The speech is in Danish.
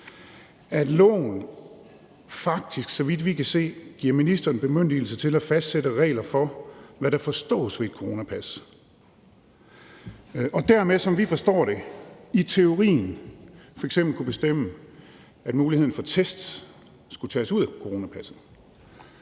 at loven faktisk, så vidt vi kan se, giver ministeren bemyndigelse til at fastsætte regler for, hvad der forstås ved et coronapas, og dermed, som vi forstår det, i teorien bemyndigelse til f.eks. at kunne bestemme, at muligheden for test skulle tages ud af coronapasset.